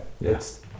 Yes